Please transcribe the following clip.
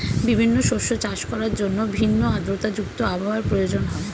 বিভিন্ন শস্য চাষ করার জন্য ভিন্ন আর্দ্রতা যুক্ত আবহাওয়ার প্রয়োজন হয়